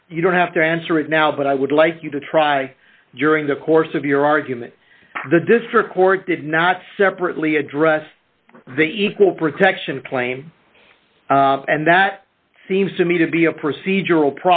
and you don't have to answer it now but i would like you to try during the course of your argument that this record did not separately address the equal protection claim and that seems to me to be a procedural